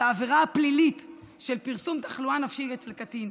בעבירה הפלילית של פרסום תחלואה נפשית אצל קטין.